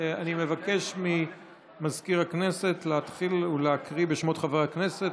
אני מבקש ממזכיר הכנסת להתחיל ולקרוא בשמות חברי הכנסת,